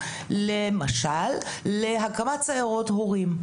למשל: להקמת סיירות הורים.